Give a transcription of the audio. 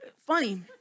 Funny